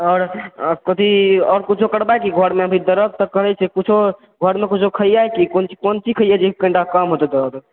और कथी और कुछो करबै की घर मे भी दरद तऽ करै छै किछो घर मे किछो खैयै की कोन ची कोन ची खैयै जेकी कनीटा कम हेतै दरद